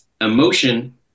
emotion